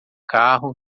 carro